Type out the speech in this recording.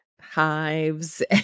hives